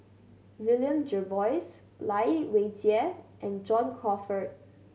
William Jervois Lai Weijie and John Crawfurd